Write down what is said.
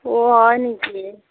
অ' হয় নেকি